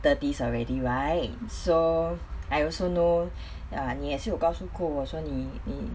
thirties already right so I also know ya 你也是有告诉过我说你你